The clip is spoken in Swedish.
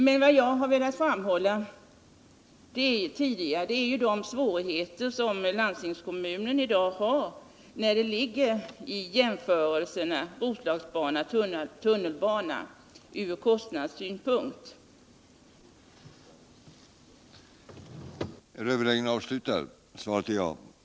Men vad jag har velat framhålla tidigare är ju de svårigheter som landstingskommunen i dag har när det gäller att jämföra Roslagsbanan och en tunnelbana från kostnadssynpunkt. §8 Om trafiken på Bromma flygplats